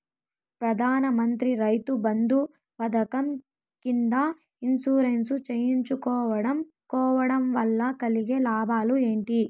ప్రధాన మంత్రి రైతు బంధు పథకం కింద ఇన్సూరెన్సు చేయించుకోవడం కోవడం వల్ల కలిగే లాభాలు ఏంటి?